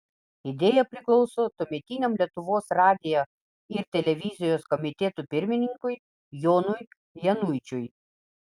idėja priklauso tuometiniam lietuvos radijo ir televizijos komiteto pirmininkui jonui januičiui